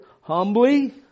Humbly